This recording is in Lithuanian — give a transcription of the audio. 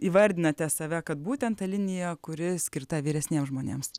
įvardinate save kad būtent ta linija kuri skirta vyresniems žmonėms